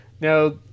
now